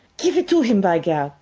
gif it to heem, by gar!